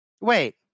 Wait